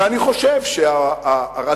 ואני חושב שהרצון,